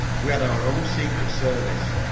we had our own secret service,